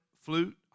flute